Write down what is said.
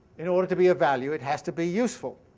in order to be a value, it has to be useful.